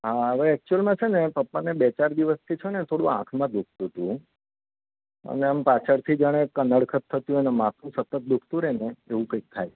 હા હવે એક્ચ્યુયલમાં છે ને પપ્પાને બે ચાર દિવસથી છે ને થોડું આંખમાં દુખતું હતું અને આમ પાછળથી જાણે કનડગત થતી હોય અને માથું સતત દુખતું રહે ને એવું કંઈક થાય છે